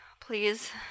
Please